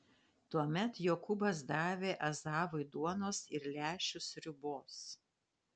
tuomet jokūbas davė ezavui duonos ir lęšių sriubos